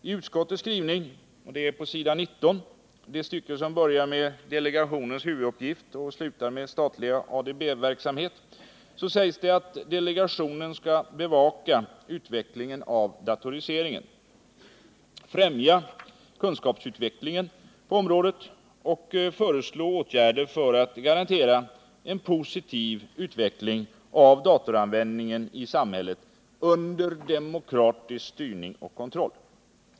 I utskottets skrivning på s. 19, det stycke som börjar med ”Delegationens huvuduppgift” och slutar med ”statlig ADB-verksamhet”, sägs det att delegationen skall bevaka utvecklingen av datoriseringen, främja kunskapsutvecklingen på området och föreslå åtgärder för att garantera en positiv utveckling av datoranvändningen i samhället under demokratisk styrning och kontroll.